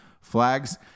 flags